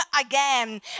again